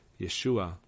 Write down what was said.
Yeshua